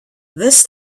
this